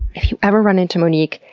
if you ever run into monique,